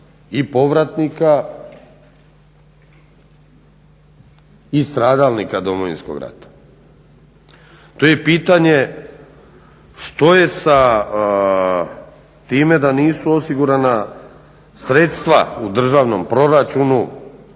i povratnika i stradalnika Domovinskog rata. Tu je pitanje što je sa time da nisu osigurana sredstva u državnom proračunu